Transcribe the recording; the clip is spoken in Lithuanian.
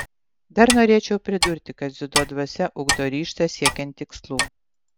dar norėčiau pridurti kad dziudo dvasia ugdo ryžtą siekiant tikslų